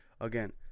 again